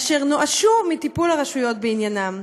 אשר נואשו מטיפול הרשויות בעניינם,